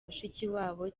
mushikiwabo